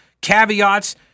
caveats